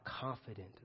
confident